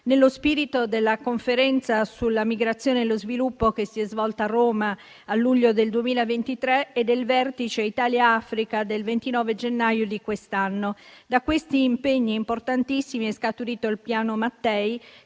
nello spirito della Conferenza sulla migrazione e lo sviluppo che si è svolta a Roma a luglio 2023 e del vertice Italia-Africa del 29 gennaio di quest'anno. Da questi impegni importantissimi è scaturito il Piano Mattei,